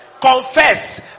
confess